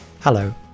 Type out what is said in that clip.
Hello